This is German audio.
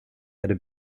erde